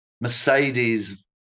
Mercedes